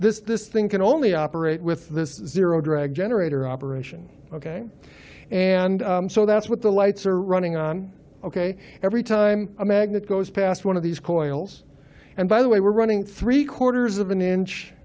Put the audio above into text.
only this thing can only operate with this zero drag generator operation ok and so that's what the lights are running on ok every time a magnet goes past one of these coils and by the way we're running three quarters of an inch